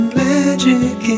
magic